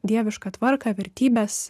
dievišką tvarką vertybes